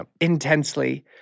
intensely